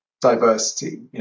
diversity